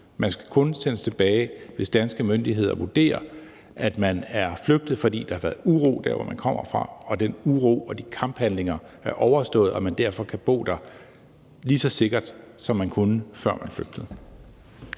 Man skal kun sendes tilbage, hvis danske myndigheder vurderer, at man er flygtet, fordi der har været uro dér, hvor man kommer fra, og hvis den uro og de kamphandlinger er overstået, så man derfor kan bo der lige så sikkert, som man kunne, før man flygtede.